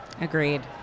Agreed